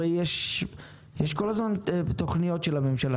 הרי יש כל הזמן תוכניות של הממשלה,